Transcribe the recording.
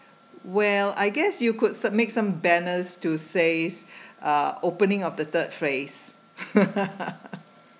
well I guess you could se~ make some banners to says uh opening of the third phase